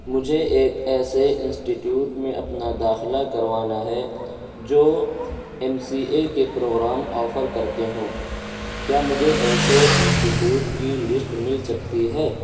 مجھے ایک ایسے انسٹی ٹیوٹ میں اپنا داخلہ کروانا ہے جو ایم سی اے کے پروگرام آفر کرتے ہوں کیا مجھے ایسے انسٹی ٹیوٹ کی لسٹ مل سکتی ہے